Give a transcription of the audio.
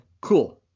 cool